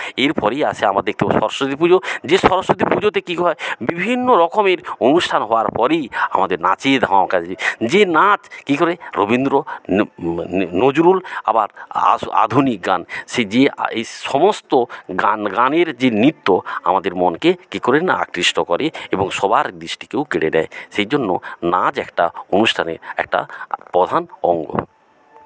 এর পরেই আসে আমাদের তো সরস্বতী পুজো যে সরস্বতী পুজোতে কী হয় বিভিন্ন রকমের অনুষ্ঠান হওয়ার পরেই আমাদের নাচেই ধামাকা যে যে নাচ কী করে রবীন্দ্রনাথ নো নজরুল আবার আস আধুনিক গান সে যে এই সমস্ত গান গানের যে নৃত্য আমাদেরকে মনকে কী করে না আকৃষ্ট করে এবং সবার দৃষ্টিকেও কেড়ে নেয় সেই জন্য নাচ একটা অনুষ্ঠানের একটা প্রধান অঙ্গ